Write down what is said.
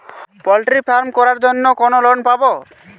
Poultry farm করার জন্য কোন লোন পাব?